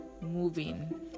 moving